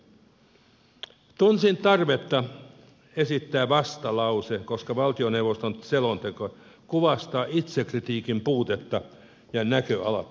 tunsin tarvetta esittää vastalauseen koska valtioneuvoston selonteko kuvastaa itsekritiikin puutetta ja näköalattomuutta